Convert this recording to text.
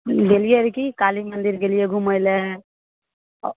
गेलियै रहऽ कि काली मन्दिर गेलियै घुमय लए